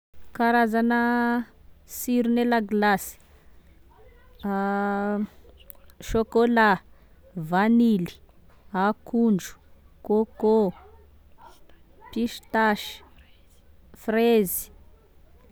Karazana sirona lagilasy, a chocolat, vanily, akondro, kôkô, pistasy, frezy.